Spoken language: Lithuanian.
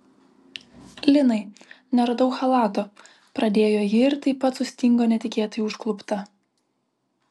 linai neradau chalato pradėjo ji ir taip pat sustingo netikėtai užklupta